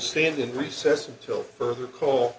stand in recess until further call